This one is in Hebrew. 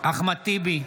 אחמד טיבי,